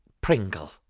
pringle